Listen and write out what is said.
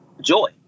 joy